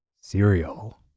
cereal